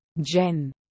Jen